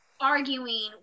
arguing